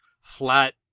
flat